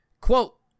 Quote